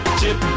chip